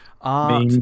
art